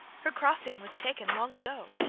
her crossing was taken long ago,